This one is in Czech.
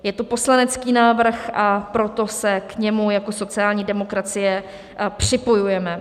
Je to poslanecký návrh, a proto se k němu jako sociální demokracie, připojujeme.